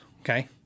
Okay